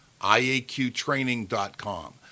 iaqtraining.com